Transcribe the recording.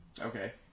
Okay